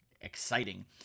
exciting